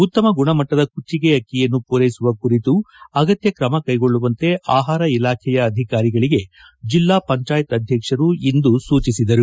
ಉತ್ತಮ ಗುಣಮಟ್ಟದ ಕುಚ್ಚಿಗೆ ಅಕ್ಕಿಯನ್ನು ಪೂರೈಸುವ ಕುರಿತು ಅಗತ್ಯ ಕ್ರಮ ಕೈಗೊಳ್ಳುವಂತೆ ಆಹಾರ ಇಲಾಖೆಯ ಅಧಿಕಾರಿಗಳಿಗೆ ಜಿಲ್ಲಾ ಪಂಚಾಯತ್ ಅಧ್ಯಕ್ಷರು ಇಂದು ಸೂಚಿಸಿದರು